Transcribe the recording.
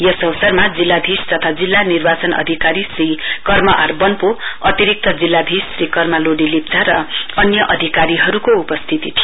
यस अवसरमा जिल्लाधीश तथा जिल्ला निर्वाचन अधिकारी श्री कर्म आर वन्पोअतिरिक्त जिल्लाधीश श्री कर्मा लोडे लेप्चा र अन्य अधिकारीहरुको उपस्थिती थियो